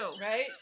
Right